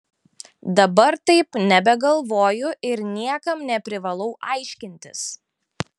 dabar taip nebegalvoju ir niekam neprivalau aiškintis